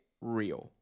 real